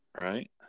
Right